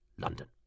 London